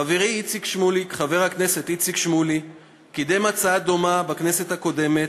חברי חבר הכנסת איציק שמולי קידם הצעה דומה בכנסת הקודמת,